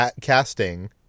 casting